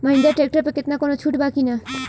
Mahindra tractor पर केतना कौनो छूट बा कि ना?